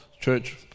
Church